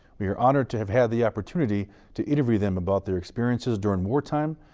we are honored to have had the opportunity to interview them about their experiences during wartime,